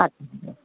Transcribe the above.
আচ্ছা ঠিক আছে